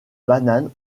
bananes